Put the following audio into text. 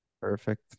Perfect